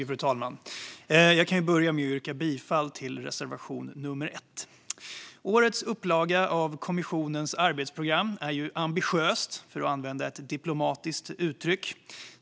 Fru talman! Jag börjar med att yrka bifall till reservation 1. Årets upplaga av kommissionens arbetsprogram är ambitiös, för att använda ett diplomatiskt uttryck.